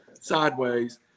sideways